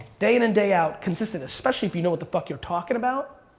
day in and day out consistent, especially if you know what the fuck you're talking about